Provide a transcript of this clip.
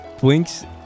Blinks